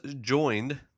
joined